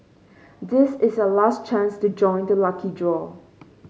this is your last chance to join the lucky draw